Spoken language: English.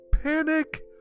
Panic